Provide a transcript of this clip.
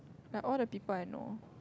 like all the people I know